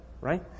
right